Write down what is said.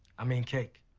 i mean, cake.